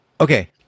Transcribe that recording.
okay